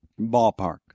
ballpark